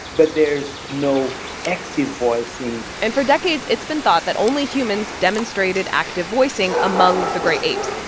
but there's no active voicing and for decades, it's been thought that only humans demonstrated active voicing among the great apes.